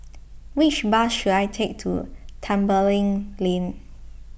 which bus should I take to Tembeling Lane